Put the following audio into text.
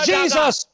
Jesus